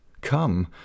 Come